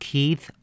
Keith